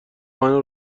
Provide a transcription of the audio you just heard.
منو